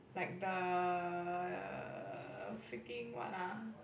like the err freaking what ah